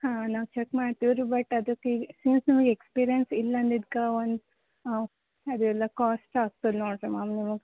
ಹಾಂ ನಾವು ಚಕ್ ಮಾಡ್ತೀವಿ ರಿ ಬಟ್ ಅದುಕ್ಕೆ ಈಗ ಸಿನ್ಸ್ ನೀವು ಎಕ್ಸ್ಪೀರಿಯನ್ಸ್ ಇಲ್ಲ ಅಂದಿದ್ಕೆ ಒಂದು ಹಾಂ ಅದೆಲ್ಲ ಕಾಸ್ಟ್ ಆಗ್ತದೆ ನೋಡಿರಿ ಮ್ಯಾಮ್ ನಿಮಗ